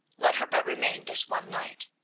let her but remain this one night.